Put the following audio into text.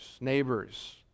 neighbors